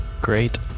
Great